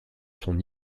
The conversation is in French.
son